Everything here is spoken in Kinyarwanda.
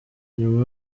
nyuma